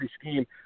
scheme